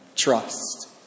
Trust